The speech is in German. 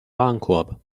warenkorb